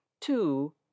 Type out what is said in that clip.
Two